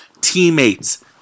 Teammates